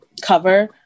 cover